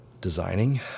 designing